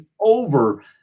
over